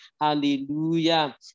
hallelujah